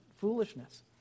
foolishness